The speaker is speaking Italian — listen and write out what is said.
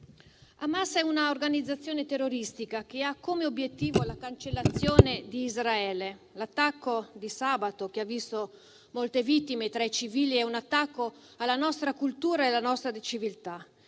Hamas è un'organizzazione terroristica che ha come obiettivo la cancellazione di Israele. L'attacco di sabato, che ha visto molte vittime tra i civili, è un attacco alla nostra cultura e alla nostra civiltà.